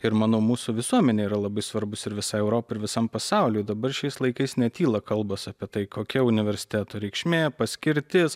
ir manau mūsų visuomenei yra labai svarbus ir visai europai ir visam pasauliui dabar šiais laikais netyla kalbos apie tai kokia universiteto reikšmė paskirtis